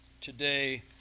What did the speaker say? Today